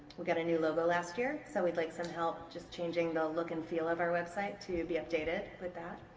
we've got a new logo last year so we'd like some help just changing the look and feel of our website to be updated with that